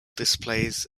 displays